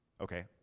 Okay